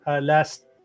last